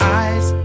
eyes